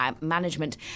Management